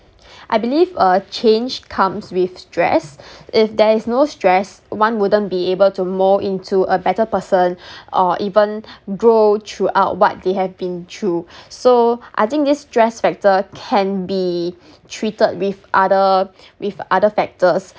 I believe uh change comes with stress if there is no stress one wouldn't be able to mould into a better person or even grow throughout what they have been through so I think this stress factor can be treated with other with other factors